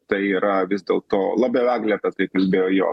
tai yra vis dėlto labiau eglė apie tai kalbėjo jo